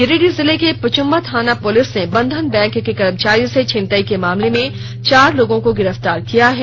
गिरिडीह जिले के पंचंबा थाना पुलिस ने बंधन बैंक के कर्मचारी से छिनतई के मामले में चार लोगों को गिरफ्तार किया है